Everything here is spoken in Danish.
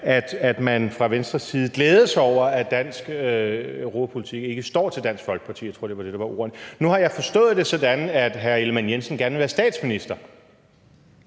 at man fra Venstres side glædede sig over, at dansk europapolitik ikke står til Dansk Folkeparti – jeg tror, det var det, der var ordene. Nu har jeg forstået det sådan, at hr. Jakob Ellemann-Jensen gerne vil være statsminister